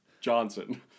Johnson